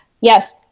Yes